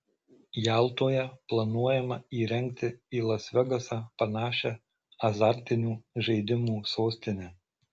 jaltoje planuojama įrengti į las vegasą panašią azartinių žaidimų sostinę